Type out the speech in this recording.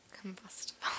combustible